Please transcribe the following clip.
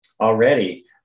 Already